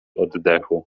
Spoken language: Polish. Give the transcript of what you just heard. oddechu